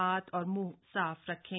हाथ और मुंह साफ रखे